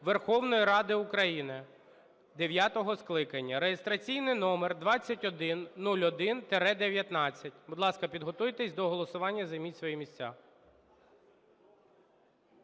Верховної Ради України дев'ятого скликання (реєстраційний номер 2101-19). Будь ласка, підготуйтесь до голосування, займіть свої місця.